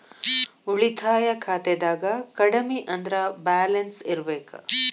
ಉಳಿತಾಯ ಖಾತೆದಾಗ ಕಡಮಿ ಅಂದ್ರ ಬ್ಯಾಲೆನ್ಸ್ ಇರ್ಬೆಕ್